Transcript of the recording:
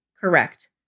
correct